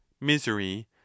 misery